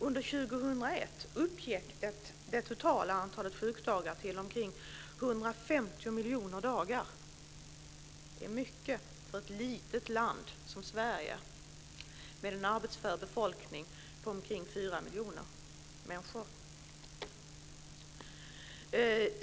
Under 2001 uppgick det totala antalet sjukdagar till omkring 150 miljoner dagar. Det är mycket för ett litet land som Sverige, med en arbetsför befolkning på omkring fyra miljoner människor.